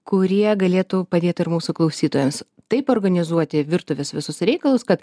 kurie galėtų padėt ir mūsų klausytojams taip organizuoti virtuvės visus reikalus kad